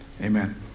Amen